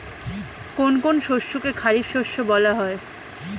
কোন কোন শস্যকে খারিফ শস্য বলা হয়?